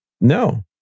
No